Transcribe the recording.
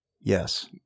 Yes